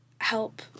help